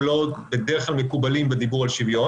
לא מקובלים בדרך כלל בדיבור על שוויון,